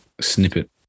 snippet